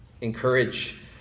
encourage